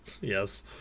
Yes